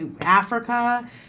Africa